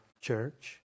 church